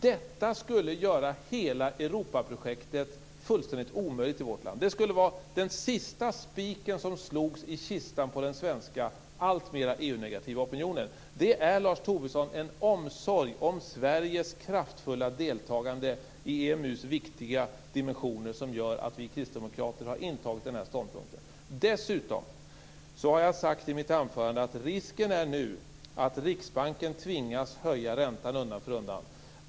Detta skulle göra hela Europaprojektet fullständigt omöjligt i vårt land. Det skulle vara den sista spiken som slogs i kistan för den svenska, alltmer EU-negativa, opinionen. Det är en omsorg om Sveriges kraftfulla deltagande i EMU:s viktiga dimensioner som gör att vi kristdemokrater har intagit den här ståndpunkten, Lars Dessutom har jag sagt i mitt anförande att risken nu är att Riksbanken tvingas höja räntan undan för undan.